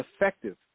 effective